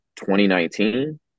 2019